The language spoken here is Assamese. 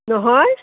নহয়